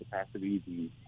capacity